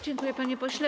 Dziękuję, panie pośle.